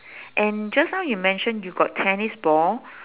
and just now you mention you got tennis ball